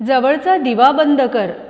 जवळचा दिवा बंद कर